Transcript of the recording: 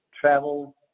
travel